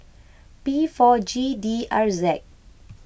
P four G D R Z